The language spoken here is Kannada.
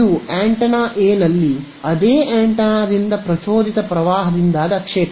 ಇದು ಆಂಟೆನಾ ಎ ನಲ್ಲಿ ಅದೇ ಆಂಟೆನಾದಿಂದ ಪ್ರಚೋದಿತ ಪ್ರವಾಹದಿಂದಾದ ಕ್ಷೇತ್ರ